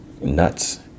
nuts